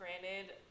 granted